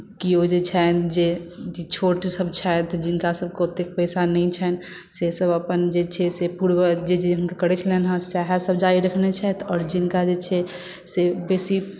कियो जे छनि जे जे छोटसभ छथि जिनका सभकेँ ओतेक पैसा नहि छनि सेसभ अपन जे छै से पूर्वज जे जे हुनका करैत छलनि हेँ सएहसभ जारी रखने छथि आओर जिनका जे छै से बेसी